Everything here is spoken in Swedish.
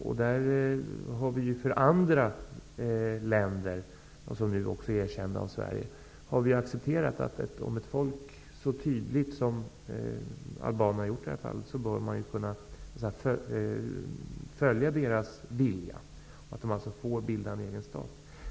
När det gäller andra länder, som nu är erkända av Sverige, där folket så tydligt som albanerna har gjort har uttalat att de vill bilda en egen stat, har vi följt det folkets vilja.